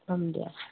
থ'ম দিয়া